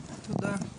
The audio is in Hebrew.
תודה.